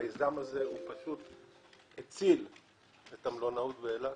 המיזם הזה הציל את המלונאות באילת,